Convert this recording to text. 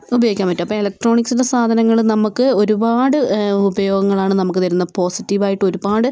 ഉപയോഗിക്കാൻ പറ്റും അപ്പോൾ ഇലക്ട്രോണിക്സിൻ്റെ സാധനങ്ങൾ നമുക്ക് ഒരുപാട് ഉപയോഗങ്ങളാണ് നമുക്ക് തരുന്നത് പോസിറ്റീവ് ആയിട്ട് ഒരുപാട്